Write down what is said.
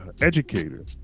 educator